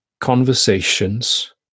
Conversations